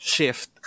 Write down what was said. Shift